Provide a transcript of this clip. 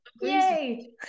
Yay